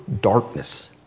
darkness